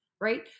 right